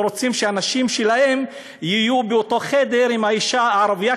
רוצים שהנשים שלהם יהיו באותו חדר עם אישה ערבייה,